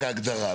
רק ההגדרה.